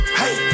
hey